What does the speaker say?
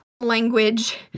language